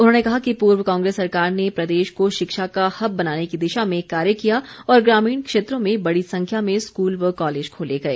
उन्होंने कहा कि पूर्व कांग्रेस सरकार ने प्रदेश को शिक्षा का हब बनाने की दिशा में कार्य किया और ग्रामीण क्षेत्रों में बड़ी संख्या में स्कूल व कॉलेज खोले गए